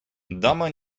dama